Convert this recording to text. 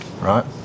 right